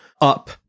up